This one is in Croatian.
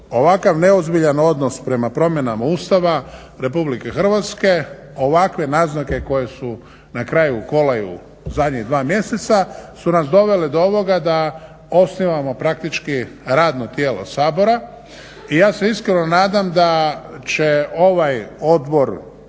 ovakav neozbiljan odnos prema promjenama Ustava RH ovakve naznake koje su na kraju kolaju zadnjih dva mjeseca su nas dovele do ovoga da osnivamo praktički radno tijelo Sabora i ja se iskreno nadam da će ovaj odbor